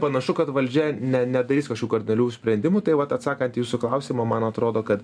panašu kad valdžia ne nedarys kažkių kardinalių sprendimų tai vat atsakant į jūsų klausimą man atrodo kad